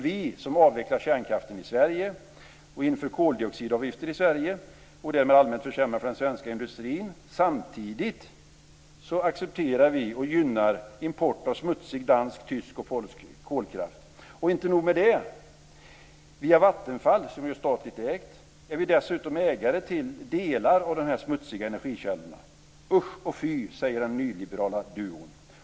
Vi som avvecklar kärnkraften i Sverige och inför koldioxidavgifter i Sverige försämrar därmed för den svenska industrin. Samtidigt accepterar vi och gynnar import av smutsig dansk, tysk och polsk kolkraft. Det är inte nog med det. Via Vattenfall, som är statligt ägt, är vi dessutom ägare till delar av de här smutsiga energikällorna. Usch och fy, säger den nyliberala duon.